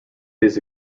his